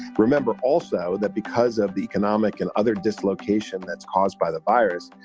remember also that because of the economic and other dislocation that's caused by the virus,